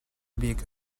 bik